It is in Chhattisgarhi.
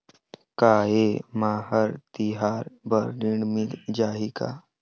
का ये मा हर तिहार बर ऋण मिल जाही का?